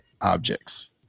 objects